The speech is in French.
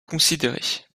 considérée